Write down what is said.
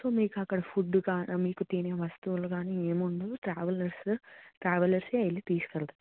so మీకు అక్కడ ఫుడ్డుగా మీకు తినే వస్తువులు కానీ ఏమీ ఉండదు ట్రావెలర్స్ ట్రావెలర్సే వెళ్ళి తీసుకు వెళ్తారు